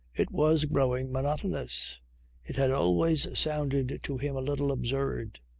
it was growing monotonous it had always sounded to him a little absurd.